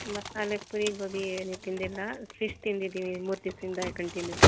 ಮಸಾಲೆ ಪುರಿ ಗೋಬಿ ಏನು ತಿಂದಿಲ್ಲ ಫಿಶ್ ತಿಂದಿದ್ದೀನಿ ಮೂರು ದಿವ್ಸಯಿಂದ ಕಂಟಿನ್ಯುವ್